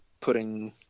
putting